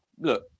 look